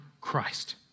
Christ